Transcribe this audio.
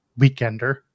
weekender